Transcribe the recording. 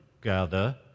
gather